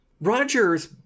Rogers